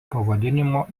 pavadinimo